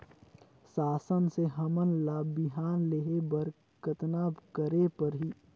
शासन से हमन ला बिहान लेहे बर कतना करे परही?